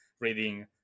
reading